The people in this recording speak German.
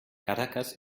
caracas